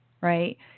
right